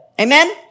Amen